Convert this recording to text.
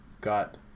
Got